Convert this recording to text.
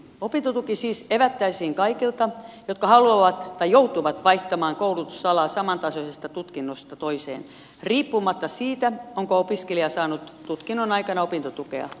opintotuki siis evättäisiin kaikilta jotka haluavat vaihtaa tai joutuvat vaihtamaan koulutusalaa samantasoisesta tutkinnosta toiseen riippumatta siitä onko opiskelija saanut tutkinnon aikana opintotukea